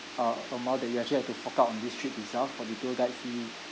uh amount that you actually have to fork out on this trip itself for the tour guide fee